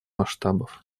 масштабов